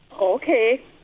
Okay